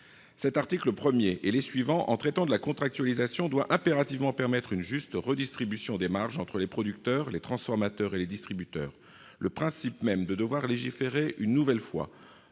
L'article 1, et les suivants, en traitant de la contractualisation, doit impérativement permettre une juste redistribution des marges entre les producteurs, les transformateurs et les distributeurs. Le fait même que l'on doive légiférer une nouvelle fois,